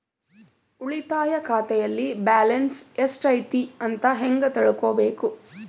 ಉಳಿತಾಯ ಖಾತೆಯಲ್ಲಿ ಬ್ಯಾಲೆನ್ಸ್ ಎಷ್ಟೈತಿ ಅಂತ ಹೆಂಗ ತಿಳ್ಕೊಬೇಕು?